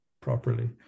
properly